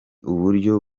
uburyo